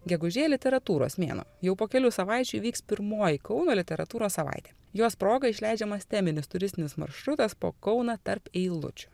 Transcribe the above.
gegužė literatūros mėnuo jau po kelių savaičių įvyks pirmoji kauno literatūros savaitė jos proga išleidžiamas teminis turistinis maršrutas po kauną tarp eilučių